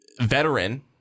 veteran